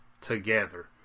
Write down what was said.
together